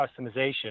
customization